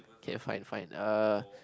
okay fine fine uh